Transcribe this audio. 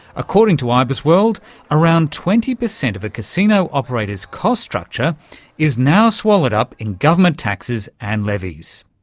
according to ibisworld around twenty percent of a casino operator's cost structure is now swallowed up in government taxes and levies.